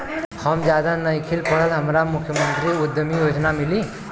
हम ज्यादा नइखिल पढ़ल हमरा मुख्यमंत्री उद्यमी योजना मिली?